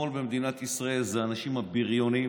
השמאל במדינת ישראל זה האנשים הבריונים,